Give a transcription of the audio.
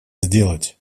сделать